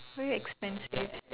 very expensive